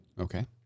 Okay